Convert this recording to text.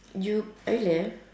you are you there